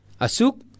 Asuk